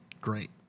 great